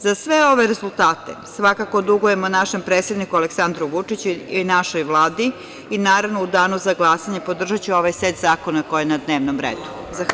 Za sve ove rezultate svakako dugujemo našem predsedniku Aleksandru Vučiću i našoj Vladi i naravno u danu za glasanje podržaću ovaj set zakona koji je na dnevnom redu.